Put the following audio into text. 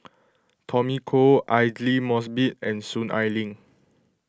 Tommy Koh Aidli Mosbit and Soon Ai Ling